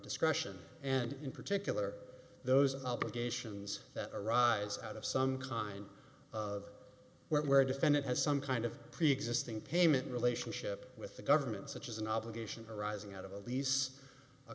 discretion and in particular those obligations that arise out of some kind of where a defendant has some kind of preexisting payment relationship with the government such as an obligation arising out of a lease a